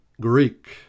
Greek